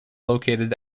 located